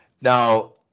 Now